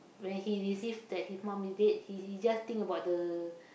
when he receive that his mum is dead he he just think about the